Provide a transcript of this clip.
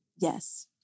Yes